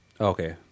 okay